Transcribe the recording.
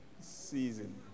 season